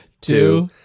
two